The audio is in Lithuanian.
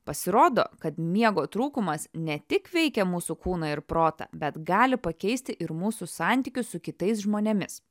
pasirodo kad miego trūkumas ne tik veikia mūsų kūną ir protą bet gali pakeisti ir mūsų santykius su kitais žmonėmis